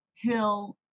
hill